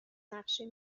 نقشه